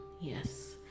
yes